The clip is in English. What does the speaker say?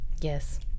Yes